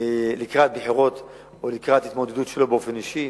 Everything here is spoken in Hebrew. לקראת בחירות או לקראת התמודדות שלו באופן אישי,